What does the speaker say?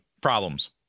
problems